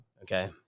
Okay